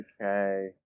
okay